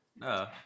No